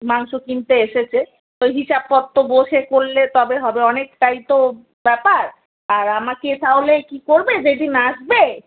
মাংস কিনতে এসেছে তো হিসাবপত্র বসে করলে তবে হবে অনেকটাই তো ব্যাপার আর আমাকে তাহলে কী করবে যেদিন আসবে